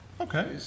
Okay